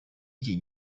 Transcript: iki